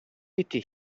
été